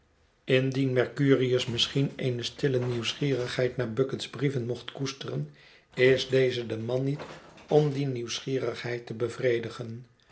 indien mercurius misschien eene stille nieuwsgierigheid naar bucket's brieven mocht koesteren is deze de man niet om die nieuwsgierigheid te bevredigen